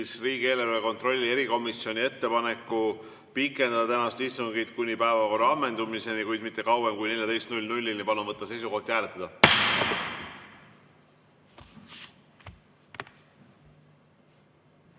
riigieelarve kontrolli erikomisjoni ettepaneku pikendada tänast istungit kuni päevakorra ammendumiseni, kuid mitte kauem kui kella 14‑ni. Palun võtta seisukoht ja hääletada!